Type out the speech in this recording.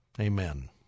Amen